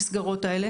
למסגרות האלה